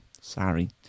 Sorry